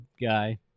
guy